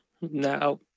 Now